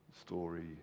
story